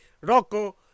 Rocco